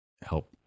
help